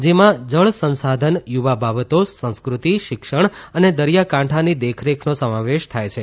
જેમાં જળ સંસાધન યુવા બાબતો સંસ્કૃતિ શિક્ષણ અને દરિયાકાંઠાની દેખરેખનો સમાવેશ થાય છે